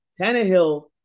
Tannehill